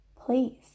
Please